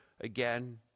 again